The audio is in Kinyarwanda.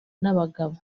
n’abagabo